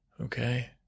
okay